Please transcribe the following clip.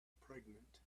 pregnant